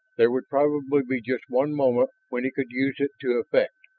there would probably be just one moment when he could use it to effect,